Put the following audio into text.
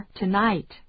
tonight